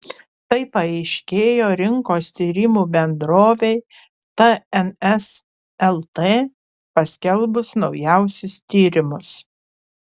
tai paaiškėjo rinkos tyrimų bendrovei tns lt paskelbus naujausius tyrimus